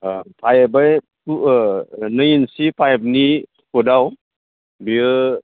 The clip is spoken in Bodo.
ओमफ्राय बै टु दुइ इन्सि पाइपनि फुटआव बेयो